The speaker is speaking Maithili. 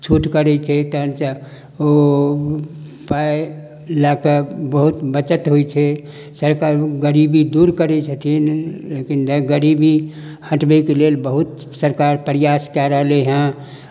छूट करै छै तखनसँ ओ पाइ लए कऽ बहुत बचत होइ छै सरकार गरीबी दूर करै छथिन लेकिन गरीबी हटबयके लेल बहुत सरकार प्रयास कए रहलैहँ